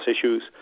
issues